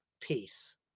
Peace